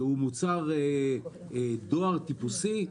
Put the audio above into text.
שהוא מוצר דואר טיפוסי.